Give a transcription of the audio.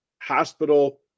hospital